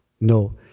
No